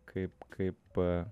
kaip kaip